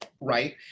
right